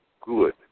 good